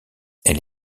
elle